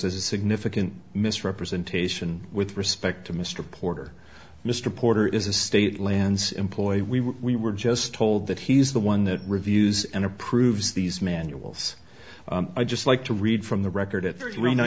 as a significant misrepresentation with respect to mr porter mr porter is a state lands employee we were just told that he's the one that reviews and approves these manuals i just like to read from the record at